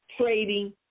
Trading